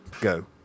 go